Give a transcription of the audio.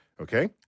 Okay